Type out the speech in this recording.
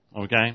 okay